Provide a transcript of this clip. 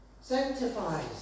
Sanctifies